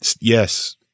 yes